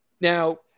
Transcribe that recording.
Now